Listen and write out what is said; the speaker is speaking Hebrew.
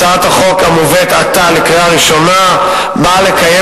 הצעת החוק המובאת עתה לקריאה ראשונה באה לקיים